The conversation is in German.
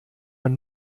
man